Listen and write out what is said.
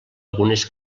algunes